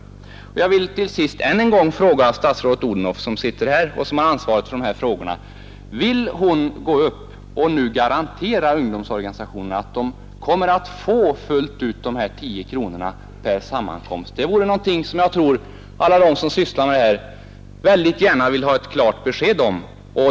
Slutligen vill jag än en gång fråga statsrådet fru Odhnoff, som ju har ansvaret för dessa frågor, om hon vill stå upp här och garantera ungdomsorganisationerna att de kommer att få dessa tio kronor per sammankomst fullt ut. Det är nämligen något som jag tror att alla som sysslar med dessa ting mycket gärna vill ha klart besked om.